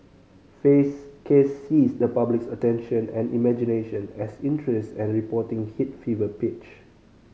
Fay's case seized the public's attention and imagination as interest and reporting hit fever pitch